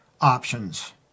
options